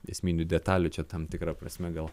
esminių detalių čia tam tikra prasme gal